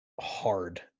hard